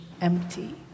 empty